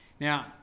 Now